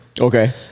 Okay